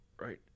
Right